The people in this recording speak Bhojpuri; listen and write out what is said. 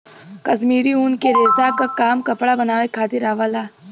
कश्मीरी ऊन के रेसा क काम कपड़ा बनावे खातिर आवला